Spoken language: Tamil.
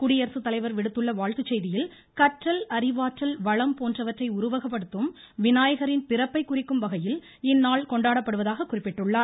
குடியரசு தலைவர் விடுத்துள்ள வாழ்த்துக் செய்தியில் கற்றல் அறிவாற்றல் வளம் போன்றவற்றை உருவகப்படுத்தும் விநாயகரின் பிறப்பை குறிக்கும் வகையில் இந்நாள் கொண்டாடப் படுவதாகக் குறிப்பிட்டுள்ளார்